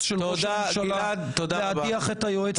עשיתי בעבר.